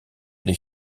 les